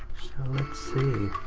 let's see.